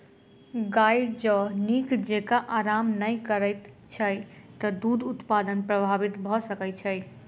गाय जँ नीक जेँका आराम नै करैत छै त दूध उत्पादन प्रभावित भ सकैत छै